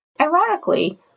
Ironically